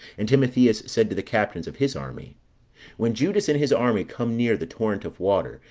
and timotheus said to the captains of his army when judas and his army come near the torrent of water,